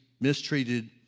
mistreated